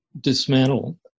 dismantle